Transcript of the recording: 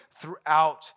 throughout